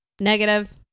Negative